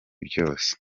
byose